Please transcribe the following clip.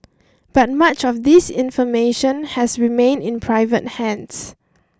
but much of this information has remained in private hands